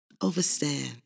Overstand